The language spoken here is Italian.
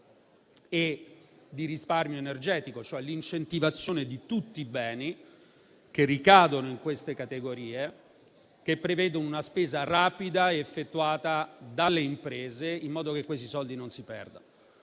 e di risparmio energetico, con l'incentivazione cioè di tutti i beni che ricadono in queste categorie. Ciò prevede una spesa rapida, effettuata dalle imprese, in modo che tali soldi non si perdano.